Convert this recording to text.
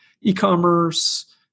e-commerce